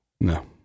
No